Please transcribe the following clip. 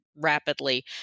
Rapidly